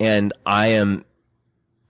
and i am